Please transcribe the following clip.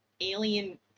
alien